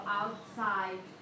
outside